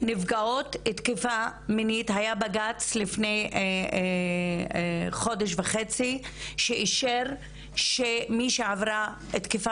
היה בג"צ לפני חודש וחצי שאישר שמי שעברה תקיפה